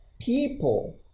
people